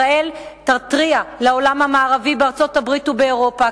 ישראל תתריע לעולם המערבי בארצות-הברית ובאירופה,